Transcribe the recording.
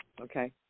Okay